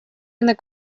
and